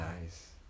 Nice